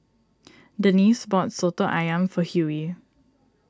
Denice bought Soto Ayam for Hughey